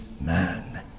man